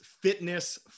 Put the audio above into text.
fitness